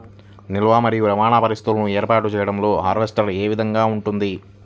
నిల్వ మరియు రవాణా పరిస్థితులను ఏర్పాటు చేయడంలో హార్వెస్ట్ ఏ విధముగా ఉంటుంది?